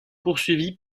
poursuivis